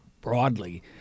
broadly